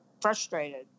frustrated